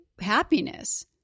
happiness